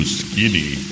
skinny